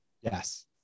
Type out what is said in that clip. Yes